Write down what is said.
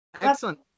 Excellent